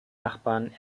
nachbarn